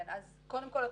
קודם כל,